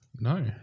No